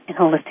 holistic